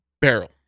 barrel